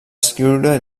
escriure